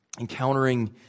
encountering